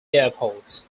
airport